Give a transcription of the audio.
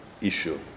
issue